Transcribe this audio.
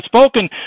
spoken